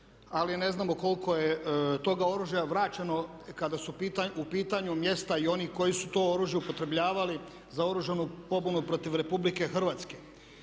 ali ne znamo koliko je toga oružja vraćeno kada su u pitanju mjesta i oni koji su to oružje upotrebljavali za oružanu pobunu protiv RH. Nadalje